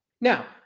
Now